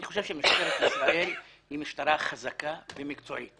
אני חושב שמשטרת ישראל היא משטרה חזקה ומקצועית